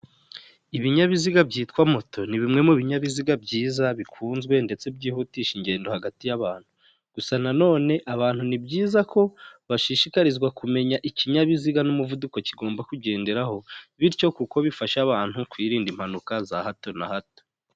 Ibinyabiziga byitwa moto ni bimwe mu binyabiziga byiza, bikunzwe, ndetse byihutisha ingendo hagati y'abantu, gusa nanone abantu ni byiza ko bashishikarizwa kumenya ikinyabiziga n'umuvuduko kigomba kugenderaho, bityo kuko bifasha abantu kwirinda impanuka za hato na hato.